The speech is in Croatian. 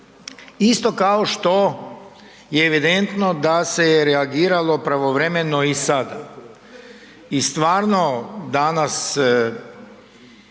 isto kao što je evidentno da je se reagiralo pravovremeno i sada. I stvarno danas